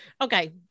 okay